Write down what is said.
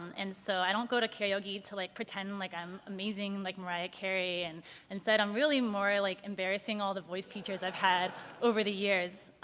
and so i don't go to karaoke to like pretend like i'm amazing like mariah carey, and instead i'm more like embarrassing all the voice teachers i've had over the years.